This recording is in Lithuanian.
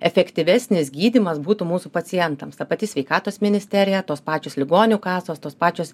efektyvesnis gydymas būtų mūsų pacientams ta pati sveikatos ministerija tos pačios ligonių kasos tos pačios